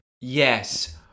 yes